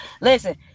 Listen